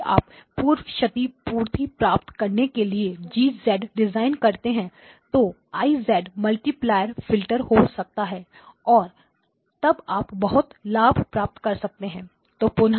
यदि आप पूर्व क्षति पूर्ति प्राप्त करने के लिए G डिज़ाइन करते हैं तो I मल्टीप्लाईर लैस फिल्टर हो सकता है और तब आप बहुत लाभ प्राप्त कर सकेंगे